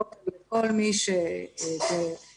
כל מי שבחזקתו,